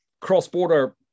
cross-border